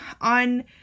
on